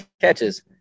Catches